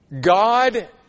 God